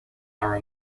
are